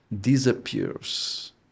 disappears